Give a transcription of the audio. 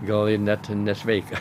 gal ir net nesveika